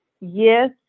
yes